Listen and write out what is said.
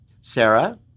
Sarah